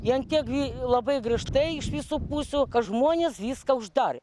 vien kiek gi labai griežtai iš visų pusių kad žmonės viską uždarė